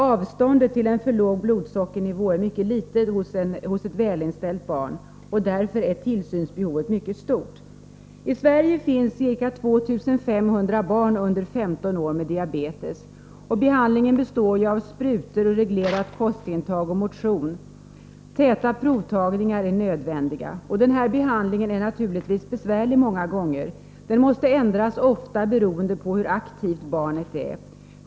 Avståndet till en för låg blodsockernivå är mycket litet hos ett välinställt barn. Därför är tillsynsbehovet mycket stort. I Sverige finns det ca 2500 barn under 15 år som har diabetes. Behandlingen består i sprutor, reglerat kostintag och motion. Täta provtagningar är nödvändiga. Behandlingen är naturligtvis många gånger besvärlig. Den måste ändras ofta beroende på hur aktivt barnet är.